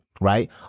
right